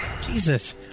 jesus